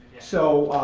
so,